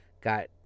Got